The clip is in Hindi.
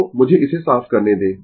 तो मुझे इसे साफ करने दें